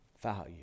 value